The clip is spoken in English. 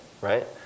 right